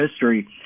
history